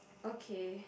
okay